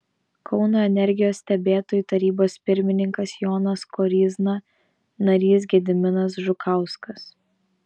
kauno energijos stebėtojų tarybos pirmininkas jonas koryzna narys gediminas žukauskas